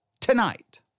tonight